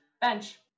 Bench